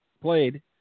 played